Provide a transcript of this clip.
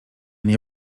nie